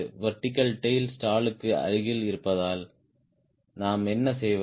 vertical tail ஸ்டால்க்கு அருகில் இருப்பதால் நாம் என்ன செய்வது